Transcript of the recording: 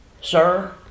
Sir